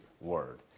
word